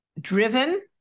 driven